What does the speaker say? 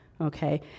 okay